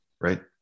right